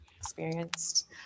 Experienced